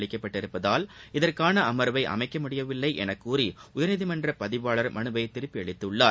அளிக்கப்பட்டுள்ளதால் இதற்கான அம்வை அமைக்க முடியவில்லை என கூறி உயா்நீதிமன்ற பதிவாளார் மனுவை திருப்பி அளித்துள்ளார்